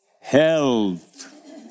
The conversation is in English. Health